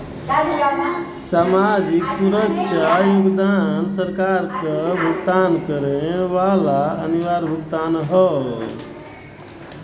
सामाजिक सुरक्षा योगदान सरकार क भुगतान करे वाला अनिवार्य भुगतान हौ